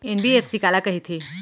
NBFC काला कहिथे?